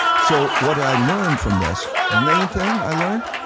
so what i learned from this, main thing i learned,